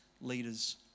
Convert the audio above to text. leaders